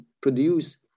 produce